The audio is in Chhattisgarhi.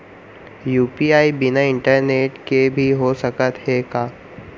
यू.पी.आई बिना इंटरनेट के भी हो सकत हे का?